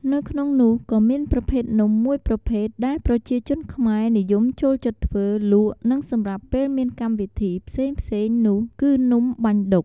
នៅក្នុងនោះក៏មានប្រភេទនំមួយប្រភេទដែលប្រជាជនខ្មែរនិយមចូលចិត្តធ្វើលក់និងសម្រាប់ពេលមានកម្មវិធីផ្សេងៗនោះ គឺនំបាញ់ឌុក។